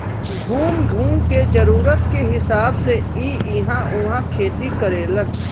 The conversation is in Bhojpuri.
घूम घूम के जरूरत के हिसाब से इ इहां उहाँ खेती करेलन